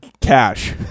Cash